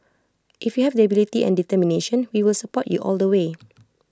if you have the ability and determination we will support you all the way